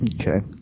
Okay